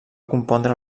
compondre